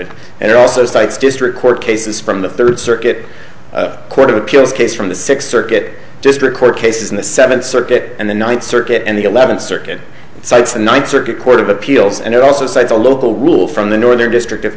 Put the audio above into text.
did it also cites district court cases from the third circuit court of appeals case from the sixth circuit district court cases in the seventh circuit and the ninth circuit and the eleventh circuit cites the ninth circuit court of appeals and it also cites a local rule from the northern district of